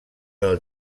del